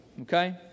okay